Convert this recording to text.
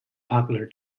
popular